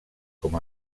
com